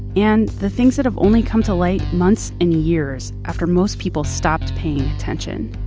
and the things that have only come to light months and years after most people stopped paying attention.